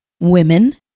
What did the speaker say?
women